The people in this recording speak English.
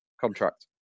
contract